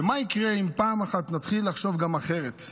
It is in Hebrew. מה יקרה אם פעם אחת נתחיל לחשוב גם אחרת?